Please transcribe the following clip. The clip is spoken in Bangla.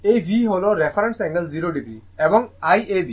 এই V হল রেফারেন্স অ্যাঙ্গেল 0o এবং Iab আসলে লিডিং ভোল্টেজ 103o